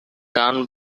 done